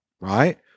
right